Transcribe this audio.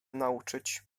nauczyć